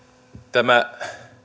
tämä